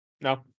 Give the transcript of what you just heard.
No